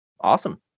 Awesome